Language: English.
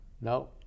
No